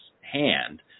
hand